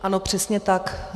Ano, přesně tak.